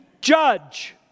judge